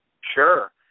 Sure